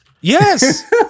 Yes